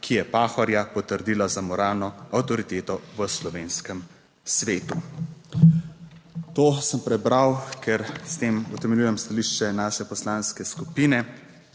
ki je Pahorja potrdila za moralno avtoriteto v slovenskem svetu." To sem prebral, ker s tem utemeljujem stališče naše poslanske skupine